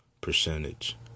percentage